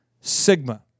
sigma